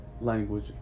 language